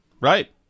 right